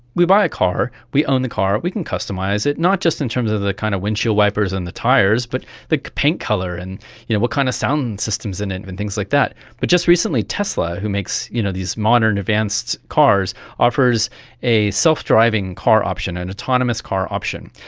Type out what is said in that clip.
we buy a car, we own the car, we can customise it, not just in terms of the kind of windshield wipers and the tyres but the paint colour and you know what kind of sound system is in it and things like that. but just recently tesla who makes you know these modern, advanced cars, offers a self-driving car option, an autonomous car option.